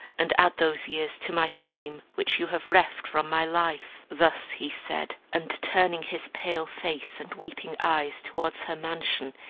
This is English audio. and add those years to my fame which you have reft from my life. thus he said, and, turning his pale face and weeping eyes towards her mansion,